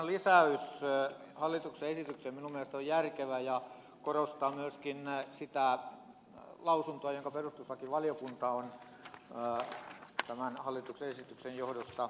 lakivaliokunnan lisäys hallituksen esitykseen minun mielestäni on järkevä ja korostan myöskin sitä lausuntoa jonka perustuslakivaliokunta on tämän hallituksen esityksen johdosta antanut